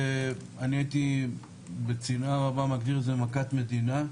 אני הייתי בצנעה רבה מגדיר את זה מכת מדינה,